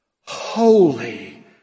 holy